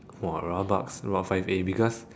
!wah! rabak rot five A because